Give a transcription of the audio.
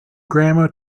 grandma